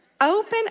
Open